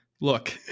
Look